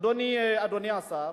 אדוני השר.